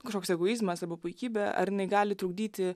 kažkoks egoizmas arba puikybė ar jinai gali trukdyti